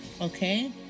Okay